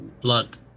blood